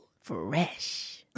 Fresh